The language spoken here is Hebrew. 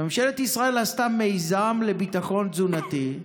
ממשלת ישראל עשתה מיזם לביטחון תזונתי,